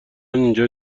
اینجا